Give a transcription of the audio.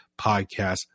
podcast